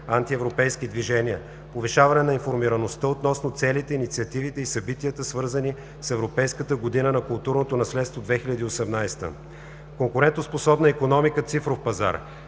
антиевропейски движения; повишаване на информираността относно целите, инициативите и събитията, свързани с „Европейската година на културното наследство – 2018”. 2.4. Конкурентоспособна икономика, цифров пазар